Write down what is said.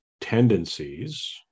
tendencies